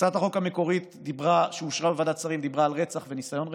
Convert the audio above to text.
הצעת החוק המקורית שאושרה בוועדת שרים דיברה על רצח וניסיון רצח,